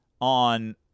on